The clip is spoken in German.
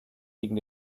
gegen